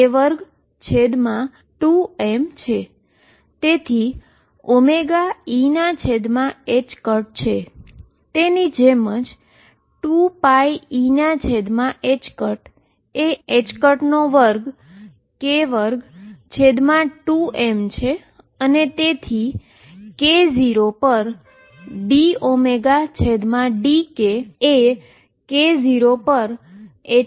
તેથી તેથી k0 પર dωdk એ k0 પરℏkm થશે જે k0 પર k0m બનશે જે p0mજેવું જ છે જે પાર્ટીકલનાપાર્ટીકલ વેલોસીટી સમાન છે